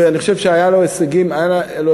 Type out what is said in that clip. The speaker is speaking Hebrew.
ואני חושב שהיו לו הישגים בוועדה.